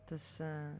tas a